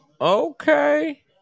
Okay